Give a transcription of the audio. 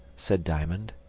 said diamond.